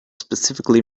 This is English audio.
specifically